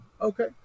Okay